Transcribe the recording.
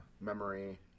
memory